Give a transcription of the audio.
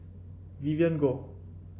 Vivien Goh